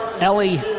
Ellie